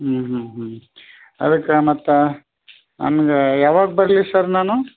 ಹ್ಞೂ ಹ್ಞೂ ಹ್ಞೂ ಅದಕ್ಕೆ ಮತ್ತೆ ನನ್ಗೆ ಯಾವಾಗ ಬರಲಿ ಸರ್ ನಾನು